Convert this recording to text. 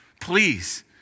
Please